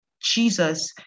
Jesus